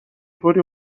طوری